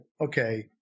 okay